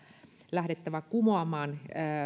lähdettävä kumoamaan